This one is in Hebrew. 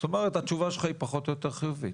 זאת אומרת, התשובה שלך היא פחות או יותר חיובית.